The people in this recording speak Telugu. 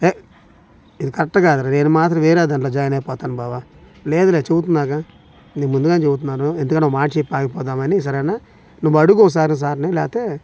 హే ఇది కరెక్ట్ కాదురా నేను మాత్రం వేరే దాంట్లో జాయిన్ అయిపోతాను బావ లేదులే చెబుతున్నాగా నేను ముందుగానే చెబుతున్నాను ఎందుకంటే ఒక మాట చెప్పి ఆగిపోదాము అని సరేనా నువ్వు అడుగు ఒకసారి సార్నీ లేకపోతే